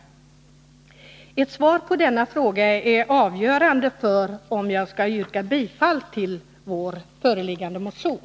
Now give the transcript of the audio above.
Ett svar på denna fråga är avgörande för om jag skall yrka bifall till vår föreliggande motion.